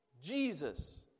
Jesus